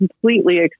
completely